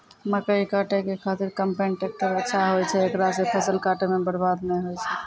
मकई काटै के खातिर कम्पेन टेकटर अच्छा होय छै ऐकरा से फसल काटै मे बरवाद नैय होय छै?